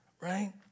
right